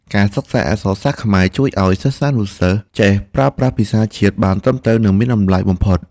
ការសិក្សាអក្សរសាស្ត្រខ្មែរជួយឱ្យសិស្សានុសិស្សចេះប្រើប្រាស់ភាសាជាតិបានត្រឹមត្រូវនិងមានតម្លៃបំផុត។